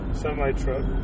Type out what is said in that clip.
semi-truck